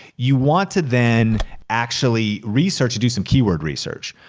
you want to then actually research, do some keyword research.